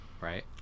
Right